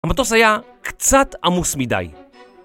המטוס היה קצת עמוס מדי.